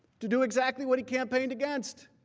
to do exactly what he campaigned against.